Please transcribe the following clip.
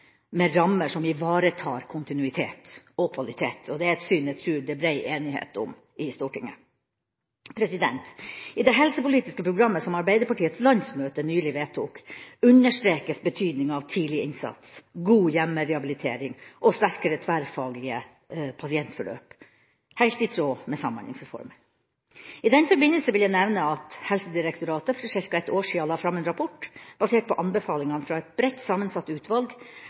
med rammer som ivaretar kontinuitet og kvalitet. Det er et syn jeg tror det er brei enighet om i Stortinget. I det helsepolitiske programmet som Arbeiderpartiets landsmøte nylig vedtok, understrekes betydninga av tidlig innsats, god hjemmerehabilitering og sterkere tverrfaglige pasientforløp – helt i tråd med Samhandlingsreformen. I den forbindelse vil jeg nevne at Helsedirektoratet for ca. et år siden la fram en rapport basert på anbefalingene fra et bredt sammensatt utvalg